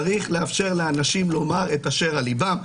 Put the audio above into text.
צריך לתת לאנשים לומר את אשר על ליבם.